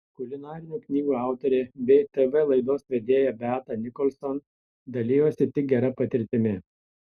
kulinarinių knygų autorė bei tv laidos vedėja beata nicholson dalijosi tik gera patirtimi